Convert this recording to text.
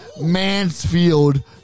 Mansfield